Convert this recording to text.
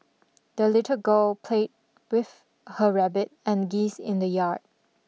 the little girl played with her rabbit and geese in the yard